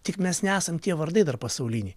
tik mes nesam tie vardai dar pasauliniai